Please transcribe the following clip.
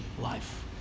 life